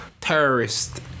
terrorist